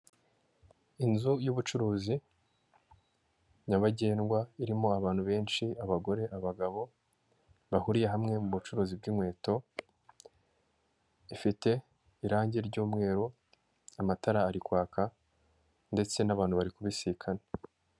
Inzu yubucuruzi nyabagendwa irimo abantu benshi abagore, abagabo bahuriye hamwe mu bucuruzi bw'inkweto, ifite irange ry'umweru, amatara ari kwaka ndetse n'abantu bari kubisikana.